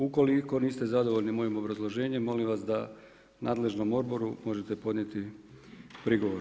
Ukoliko niste zadovoljni mojim obrazloženjem molim vas da nadležnom odboru možete podnijeti prigovor.